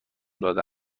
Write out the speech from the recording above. داده